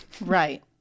Right